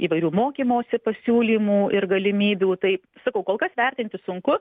įvairių mokymosi pasiūlymų ir galimybių taip sakau kol kas vertinti sunku